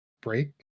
break